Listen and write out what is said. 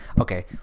Okay